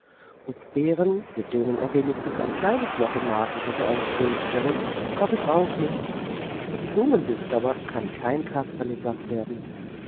und beeren mit denen er wenigstens ein kleines loch im magen hätte ausfüllen können gab es auch nicht vom blumenduft aber kann kein kasperle satt werden